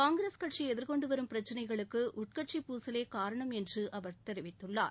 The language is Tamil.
காங்கிரஸ் கட்சி எதிர்கொண்டு வரும் பிரச்சினைகளுக்கு உட்கட்சி பூசலே காரணம் என்று தெரிவித்துள்ளார்